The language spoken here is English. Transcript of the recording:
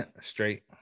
Straight